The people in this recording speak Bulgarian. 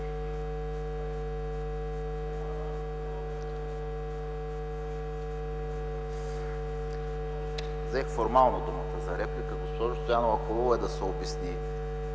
Взех формално думата за реплика. Госпожо Стоянова, хубаво е да се обясни